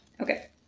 Okay